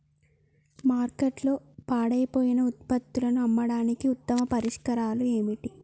మార్కెట్లో పాడైపోయిన ఉత్పత్తులను అమ్మడానికి ఉత్తమ పరిష్కారాలు ఏమిటి?